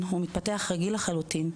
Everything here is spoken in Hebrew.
הוא מתפתח רגיל לחלוטין,